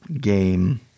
game